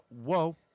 Whoa